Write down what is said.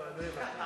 לא הבנתי.